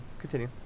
continue